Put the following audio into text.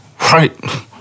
Right